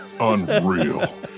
Unreal